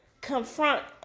confront